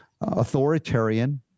authoritarian